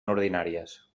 ordinàries